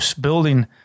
building